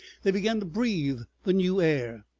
they began to breathe the new air.